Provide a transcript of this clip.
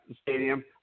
stadium